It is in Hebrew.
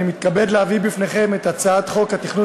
אני מתכבד להביא בפניכם את הצעת חוק התכנון